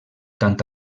tant